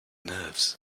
nerves